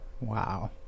Wow